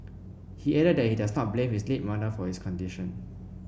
he added that he does not blame his late mother for his condition